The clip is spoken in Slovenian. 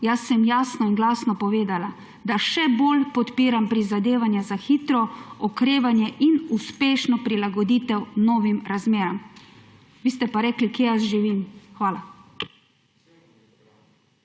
Jaz sem jasno in glasno povedala, da še bolj podpiram prizadevanja za hitro okrevanje in uspešno prilagoditev novih razmeram, vi ste pa rekli, da kje jaz živim. Hvala.